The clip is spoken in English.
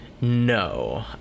No